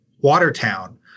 Watertown